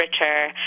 richer